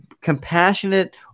compassionate